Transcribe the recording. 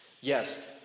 Yes